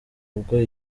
ubwo